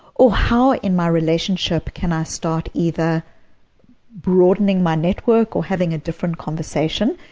or how, in my relationship, can i start either broadening my network or having a different conversation?